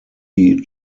die